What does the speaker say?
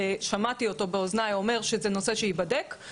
שמעתי אותו באוזניי אומר שזה נושא שייבדק.